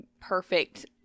perfect